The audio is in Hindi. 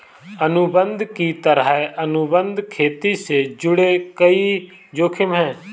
अनुबंध की तरह, अनुबंध खेती से जुड़े कई जोखिम है